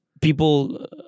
People